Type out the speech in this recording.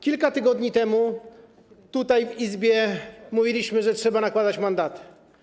Kilka tygodniu temu tutaj, w Izbie, mówiliśmy, że trzeba nakładać mandaty.